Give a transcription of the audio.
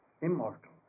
immortal